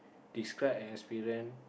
describe an experience